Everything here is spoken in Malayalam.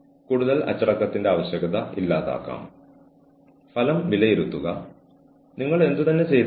കൂടാതെ അനാവശ്യമായ പെരുമാറ്റത്തിലോ യുക്തിരഹിതമായ പെരുമാറ്റത്തിലോ ഉള്ള ആസക്തിയെ അത് ഉടനടി തടയും